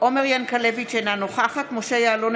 עומר ינקלביץ' אינה נוכחת משה יעלון,